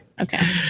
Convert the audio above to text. Okay